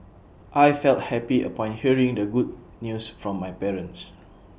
I felt happy upon hearing the good news from my parents